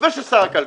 ושל שר הכלכלה: